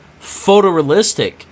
photorealistic